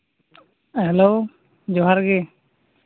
hello ᱡᱚᱦᱟᱨᱜᱮ